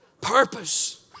Purpose